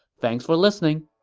thanks for listening